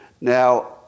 Now